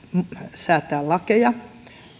säätää lakeja